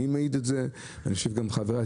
אני מעיד את זה וחושב שגם חבריי.